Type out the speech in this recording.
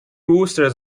woosters